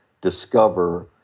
discover